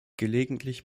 gelegentlich